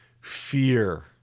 Fear